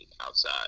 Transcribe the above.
outside